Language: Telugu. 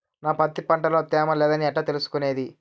నా పత్తి పంట లో తేమ లేదని ఎట్లా తెలుసుకునేది?